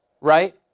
right